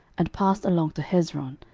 and passed along to hezron,